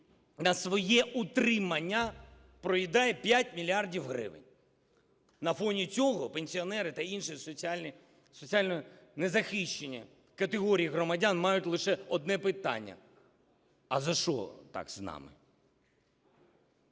на своє утримання проїдає 5 мільярдів гривень. На фоні цього пенсіонери та інші соціально незахищені категорії громадян мають лише одне питання: а за що так з нами,